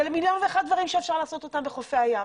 זה למיליון ואחד דברים שאפשר לעשות אותם בחופי הים.